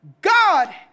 God